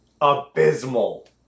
abysmal